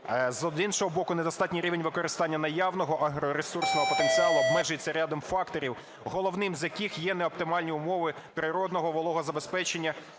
З іншого боку, недостатній рівень використання наявного агроресурсного потенціалу обмежується рядом факторів, головним з яких є неоптимальні умови природного вологозабезпечення